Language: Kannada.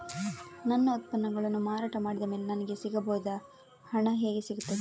ನನ್ನ ಉತ್ಪನ್ನಗಳನ್ನು ಮಾರಾಟ ಮಾಡಿದ ಮೇಲೆ ನನಗೆ ಸಿಗಬೇಕಾದ ಹಣ ಹೇಗೆ ಸಿಗುತ್ತದೆ?